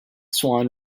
swan